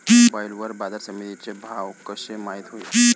Mobile वर बाजारसमिती चे भाव कशे माईत होईन?